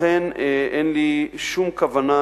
לכן אין לי שום כוונה